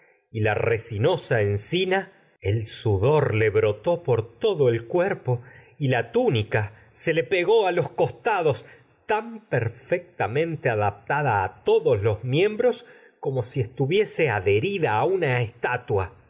y la resinosa y encina el sudor le brotó todo el cuerpo la túnica se le pegó a los costados tan perfec tamente adaptada a a todos los miembros como si estu viera adherida una estatua